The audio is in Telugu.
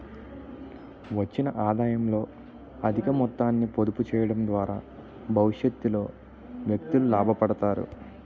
వచ్చిన ఆదాయంలో అధిక మొత్తాన్ని పొదుపు చేయడం ద్వారా భవిష్యత్తులో వ్యక్తులు లాభపడతారు